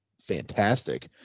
fantastic